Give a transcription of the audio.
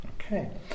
Okay